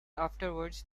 afterwards